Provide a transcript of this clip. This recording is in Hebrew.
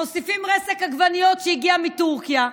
מוסיפים רסק עגבניות שהגיע מטורקיה,